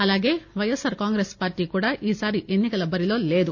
అలాగే వైఎస్పార్ కాంగ్రెస్ పార్టీ కూడా ఈసారి ఎన్నికల బరిలో లేదు